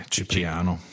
Cipriano